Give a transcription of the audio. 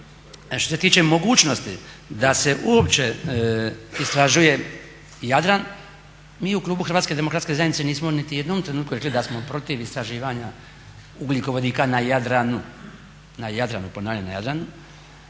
Što se tiče mogućnosti da se uopće istražuje Jadran, mi u klubu HDZ-a nismo niti jednom rekli da smo protiv istraživanja ugljikovodika na Jadranu, ponavljam na Jadranu,